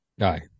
Aye